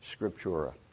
Scriptura